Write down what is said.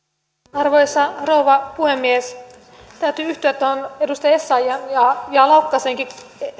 arvoisa rouva puhemies täytyy yhtyä edustaja essayahin ja laukkasenkin